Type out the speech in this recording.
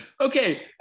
Okay